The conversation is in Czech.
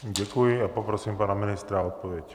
Děkuji a poprosím pana ministra o odpověď.